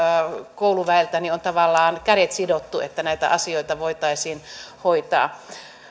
kouluväeltä on tavallaan kädet sidottu että näitä asioita voitaisiin hoitaa